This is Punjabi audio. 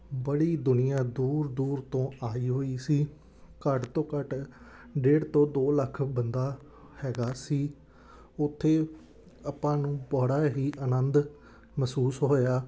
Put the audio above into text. ਬੜੀ ਦੁਨੀਆ ਦੂਰ ਦੂਰ ਤੋਂ ਆਈ ਹੋਈ ਸੀ ਘੱਟ ਤੋਂ ਘੱਟ ਡੇਢ ਤੋਂ ਦੋ ਲੱਖ ਬੰਦਾ ਹੈਗਾ ਸੀ ਉੱਥੇ ਆਪਾਂ ਨੂੰ ਬੜਾ ਹੀ ਆਨੰਦ ਮਹਿਸੂਸ ਹੋਇਆ